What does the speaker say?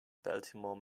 baltimore